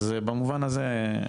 אז במובן הזה,